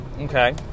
okay